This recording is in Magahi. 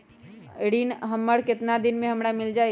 ऋण हमर केतना दिन मे हमरा मील जाई?